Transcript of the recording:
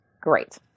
Great